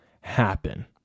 happen